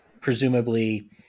presumably